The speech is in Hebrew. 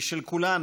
היא של כולנו,